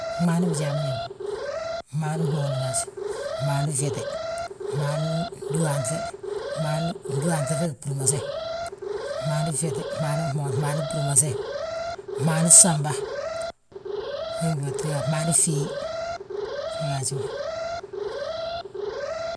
Gmaani bijaa ma nyóbi, fmaani fmooni gaaj, fmaani gyete, fmaan dúwaanŧe, dúwaanŧe fe gí, fmaani fyete, fmaani fsamba, fmaani fiyi ge gaaji ma.